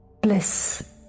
Bliss